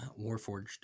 warforged